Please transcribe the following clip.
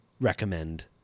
recommend